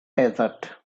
desert